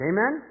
Amen